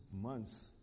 months